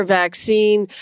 vaccine